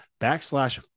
backslash